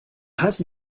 heißen